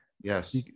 Yes